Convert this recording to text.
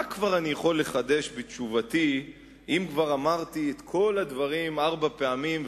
מה כבר אני יכול לחדש בתשובתי אם כבר אמרתי את כל הדברים ארבע פעמים,